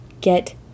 get